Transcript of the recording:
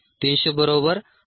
300 2